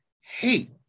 hate